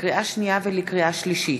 לקריאה שנייה ולקריאה שלישית: